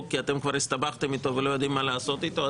כי אתם כבר הסתבכתם איתו ולא יודעים מה לעשות איתו,